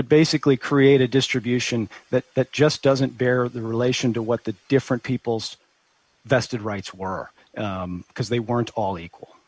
would basically create a distribution that that just doesn't bear the relation to what the different people's vested rights were because they weren't all equal